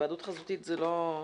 היוועדות חזותית זה לא טלפון.